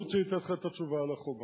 והוא צריך לתת לך את התשובה על החומ"ס.